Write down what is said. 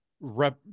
rep